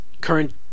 current